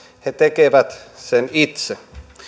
he tekevät sen itse